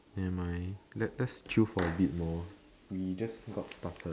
nevermind let let's chill for a bit more we just got started